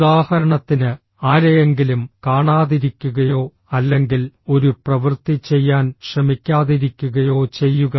ഉദാഹരണത്തിന് ആരെയെങ്കിലും കാണാതിരിക്കുകയോ അല്ലെങ്കിൽ ഒരു പ്രവൃത്തി ചെയ്യാൻ ശ്രമിക്കാതിരിക്കുകയോ ചെയ്യുക